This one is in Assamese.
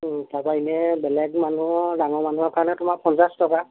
তাৰ পৰা এনেই বেলেগ মানুহৰ ডাঙৰ মানুহৰ কাৰণে তোমাৰ পঞ্চাছ টকা